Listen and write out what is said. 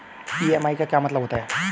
EMI का क्या मतलब होता है?